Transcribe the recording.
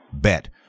bet